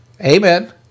Amen